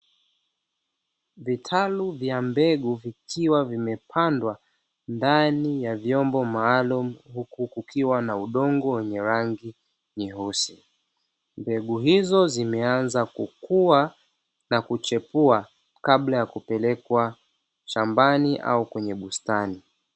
Vitaru vya mbegu vikiwa vimepandwa ndani ya vyombo maalumu huku kukiwa na udongo wenye rangi nyeusi, mbegu hizo zimeanza kukua na kuchepua kabla ya kupelekwa shambani au kwenye bustani.